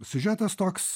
siužetas toks